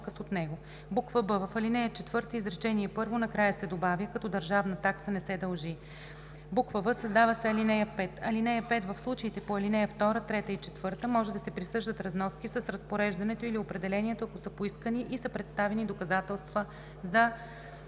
б) в ал. 4, изречение първо накрая се добавя „като държавна такса не се дължи“; в) създава се ал. 5: „(5) В случаите по ал. 2, 3 и 4 може да се присъждат разноски с разпореждането или определението, ако са поискани и са представени доказателства за